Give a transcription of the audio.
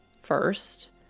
first